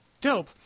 dope